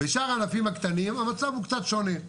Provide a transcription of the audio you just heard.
בשאר הענפים הקטנים המצב הוא קצת שונה.